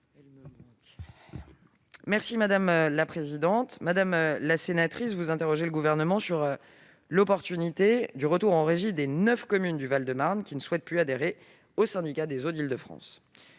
est à Mme la secrétaire d'État. Madame la sénatrice, vous interrogez le Gouvernement sur l'opportunité du retour en régie des neuf communes du Val-de-Marne qui ne souhaitent plus adhérer au Syndicat des eaux d'Île-de-France.